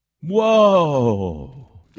Whoa